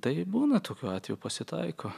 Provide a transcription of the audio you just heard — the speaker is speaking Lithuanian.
tai būna tokių atvejų pasitaiko